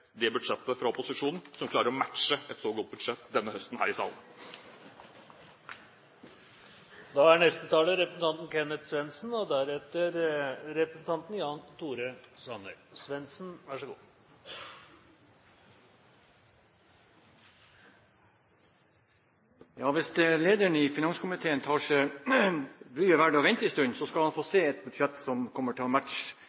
det budsjettet fra opposisjonen som klarer å matche et så godt budsjett, denne høsten, her i salen. Hvis lederen i finanskomiteen tar seg bryet med å vente en stund, skal han få